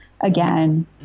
again